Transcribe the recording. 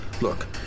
Look